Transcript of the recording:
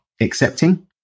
accepting